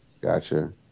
gotcha